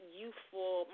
youthful